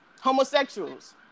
Homosexuals